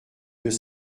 deux